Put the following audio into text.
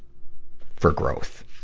for growth.